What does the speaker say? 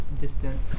distant